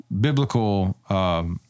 biblical